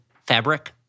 fabric